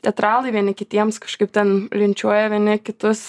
teatralai vieni kitiems kažkaip ten linčiuoja vieni kitus